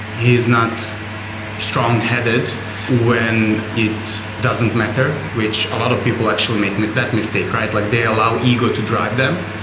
he's not strong headed when it doesn't matter, which a lot of people actually make make that mistake, right? like they allow ego to drive them.